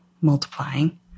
multiplying